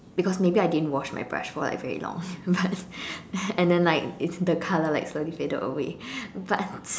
because maybe I didn't wash my brush for like very long but and then like it's the colour slowly faded away but